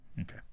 okay